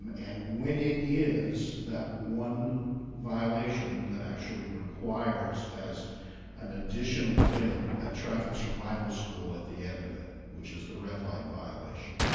um and when it is that one violation that actually requires a an additional thing that traffic survival school at the end of it, which is the red light violation,